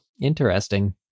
Interesting